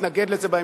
נתנגד לזה בהמשך.